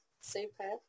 Super